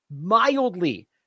mildly